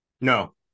No